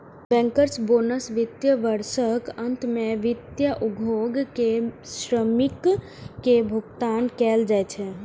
bankers bonus वित्त वर्षक अंत मे वित्तीय उद्योग के श्रमिक कें भुगतान कैल जाइ छै